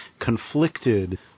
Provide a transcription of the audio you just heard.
conflicted